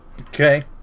Okay